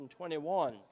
2021